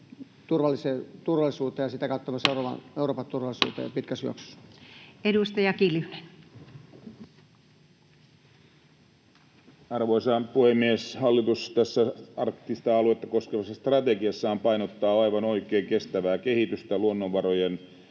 turvallisuuteen ja sitä kautta myös Euroopan turvallisuuteen pitkässä juoksussa. Edustaja Kiljunen. Arvoisa puhemies! Hallitus tässä arktista aluetta koskevassa strategiassaan painottaa aivan oikein kestävää kehitystä, luonnonvarojen